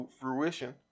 fruition